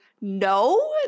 no